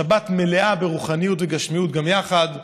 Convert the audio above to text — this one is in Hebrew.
שבת מלאה ברוחניות וגשמיות גם יחד.